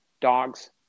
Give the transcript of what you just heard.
dogs